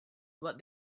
but